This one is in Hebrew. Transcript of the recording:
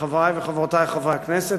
לחברי וחברותי חברי הכנסת,